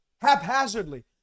haphazardly